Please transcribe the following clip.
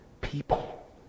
people